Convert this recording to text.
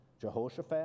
Jehoshaphat